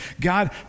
God